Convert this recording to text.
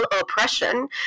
oppression